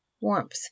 Warmth